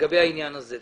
לגבי העניין הזה.